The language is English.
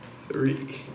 three